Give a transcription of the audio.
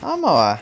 ஆமாவா:aamaavaa